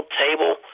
table